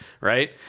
Right